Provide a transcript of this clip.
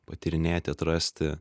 patyrinėti atrasti